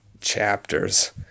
chapters